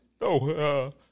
No